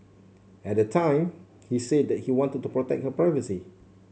at the time he said that he wanted to protect her privacy